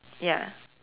ya